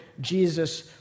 Jesus